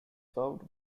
served